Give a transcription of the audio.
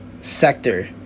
sector